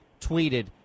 tweeted